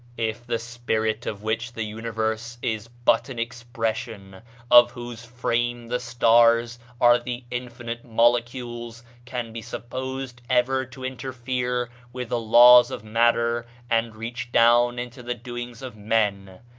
if the spirit of which the universe is but an expression of whose frame the stars are the infinite molecules can be supposed ever to interfere with the laws of matter and reach down into the doings of men,